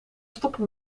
stoppen